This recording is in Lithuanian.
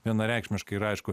vienareikšmiškai yra aišku